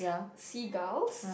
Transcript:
seagulls